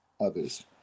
others